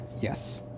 Yes